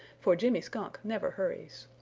for jimmy skunk never hurries.